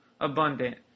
abundant